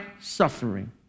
suffering